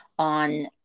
on